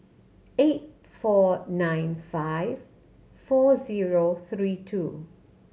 eight four nine five four zero three two